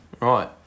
Right